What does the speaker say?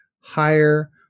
higher